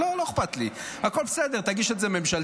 לא אכפת לי, הכול בסדר, תגיש את זה ממשלתית.